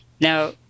now